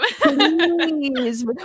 Please